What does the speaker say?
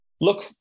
Look